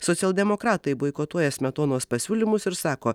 socialdemokratai boikotuoja smetonos pasiūlymus ir sako